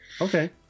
Okay